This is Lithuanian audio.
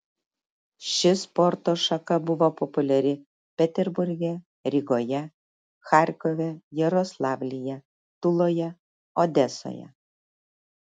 ši sporto šaka buvo populiari peterburge rygoje charkove jaroslavlyje tuloje odesoje